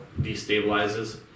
destabilizes